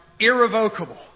irrevocable